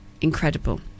incredible